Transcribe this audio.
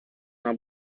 una